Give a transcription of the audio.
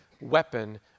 weapon